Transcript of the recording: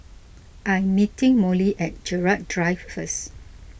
I am meeting Mollie at Gerald Drive first